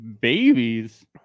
babies